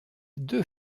deux